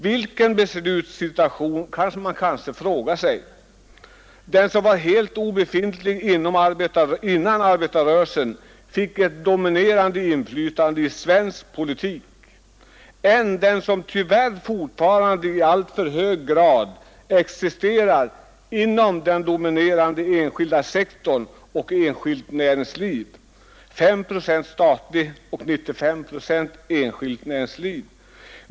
Vilken beslutssituation, kan man fråga sig: den som var helt obefintlig innan arbetarrörelsen fick ett dominerande inflytande i svensk politik eller den som tyvärr fortfarande i alltför hög grad existerar inom den dominerande enskilda sektorn och enskilt näringsliv — 5 procent statligt och 95 procent enskilt näringsliv?